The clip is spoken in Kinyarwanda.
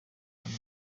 kongo